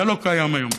זה לא קיים היום.